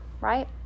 right